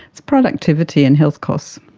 it's productivity and health costs.